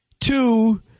Two